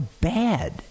bad